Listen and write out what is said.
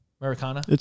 Americana